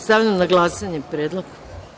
Stavljam na glasanje predlog.